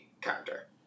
character